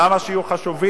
למה שיהיו חשובים,